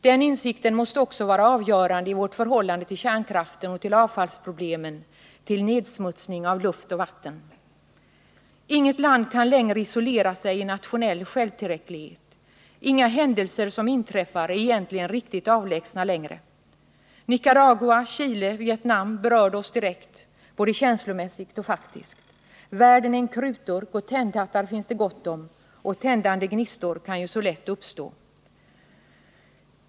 Den insikten måste också vara avgörande i vårt förhållande till kärnkraften och till avfallsproblemen, till nedsmutsning av luft och vatten. Inget land kan längre isolera sig i nationell självtillräcklighet. Inga händelser som inträffar är egentligen riktigt avlägsna längre. Nicaragua, Chile och Vietnam berör oss direkt, både känslomässigt och faktiskt. Världen är en krutdurk. Tändhattar finns det gott om, och tändande gnistor kan ju så lätt uppstå.